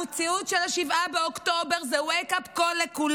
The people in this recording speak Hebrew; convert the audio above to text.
המציאות של 7 באוקטובר היא wake up call לכולנו.